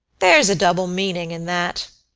there's a double meaning in that.